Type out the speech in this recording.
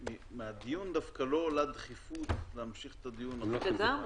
מהדיון דווקא לא עולה דחיפות להמשיך את הדיון אחרי המליאה.